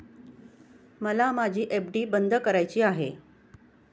मला माझी एफ.डी बंद करायची आहे